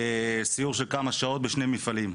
סיור של כמה שעות בשני מפעלים,